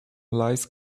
lies